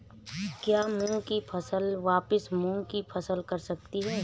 क्या मूंग की फसल पर वापिस मूंग की फसल कर सकते हैं?